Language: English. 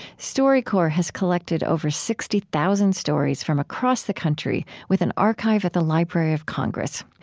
storycorps has collected over sixty thousand stories from across the country, with an archive at the library of congress.